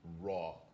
raw